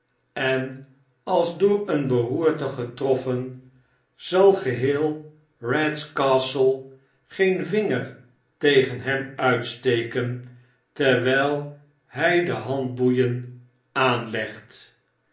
en als door een beroerte getroffen zal geheel eats castle geen vinger tegen hem uitsteken terwyl hy de handboeien aanlegt